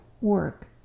work